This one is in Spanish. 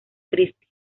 triste